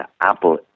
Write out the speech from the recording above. Apple